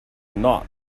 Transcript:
not